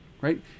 Right